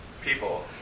people